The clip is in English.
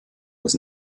was